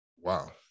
wow